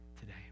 today